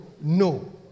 no